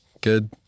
Good